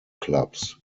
clubs